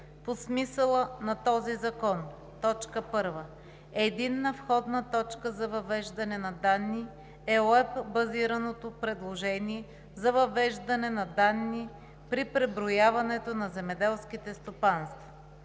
По смисъла на този закон: 1. „Единна входна точка за въвеждане на данни“ е уеб-базирано приложение за въвеждане на данни при преброяването на земеделските стопанства.